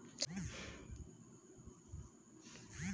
पत्ती के रेशा क रस्सी बड़ा मजबूत होला